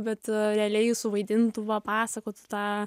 bet realiai suvaidintų papasakotų tą